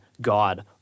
God